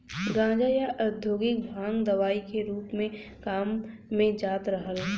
गांजा, या औद्योगिक भांग दवाई के रूप में काम में जात रहल